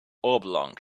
oblong